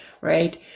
right